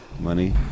money